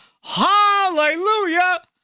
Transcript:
hallelujah